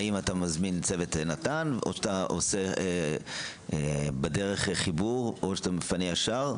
האם אתה מזמין צוות נתן או אתה עושה בדרך חיבור או אתה מפנה ישר,